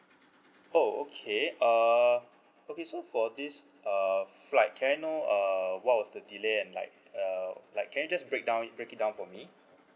oh okay uh okay so for this uh flight can I know uh what was the delay and like uh like can you just break down break it down for me